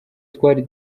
twari